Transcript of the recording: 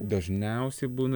dažniausiai būna